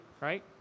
right